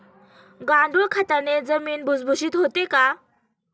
गांडूळ खताने जमीन भुसभुशीत होते का?